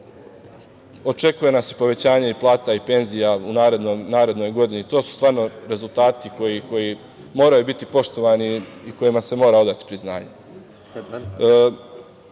Očekuje nas i povećanje plata i penzija u narednoj godini. To su stvarno rezultati koji moraju biti poštovani i kojima se mora odati priznanje. Želim